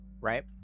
right